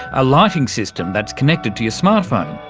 a lighting system that's connected to your smart phone.